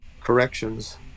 corrections